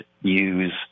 use